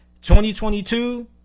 2022